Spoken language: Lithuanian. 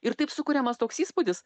ir taip sukuriamas toks įspūdis